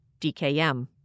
DKM